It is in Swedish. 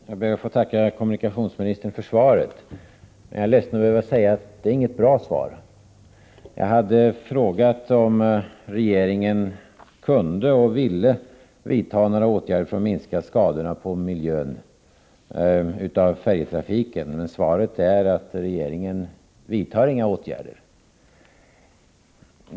Herr talman! Jag ber att få tacka kommunikationsministern för svaret. Jag är ledsen över att behöva säga att det inte är något bra svar. Jag frågade om regeringen kunde och ville vidta några åtgärder för att minska de skador som färjetrafiken ger upphov till på miljön. Men svaret är att regeringen inte vidtar några åtgärder.